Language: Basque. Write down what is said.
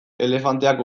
elefanteak